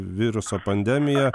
viruso pandemiją